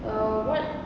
uh what